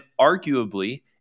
arguably